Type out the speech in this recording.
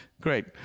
great